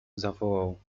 zawołał